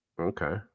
Okay